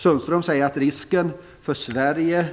Sundström säger att risken att Sverige